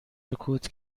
سکوت